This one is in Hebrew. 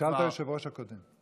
תשאל את היושב-ראש הקודם.